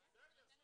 בסדר.